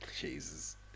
Jesus